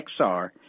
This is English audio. XR